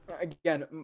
again